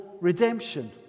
redemption